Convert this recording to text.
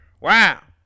wow